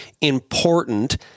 important